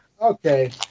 Okay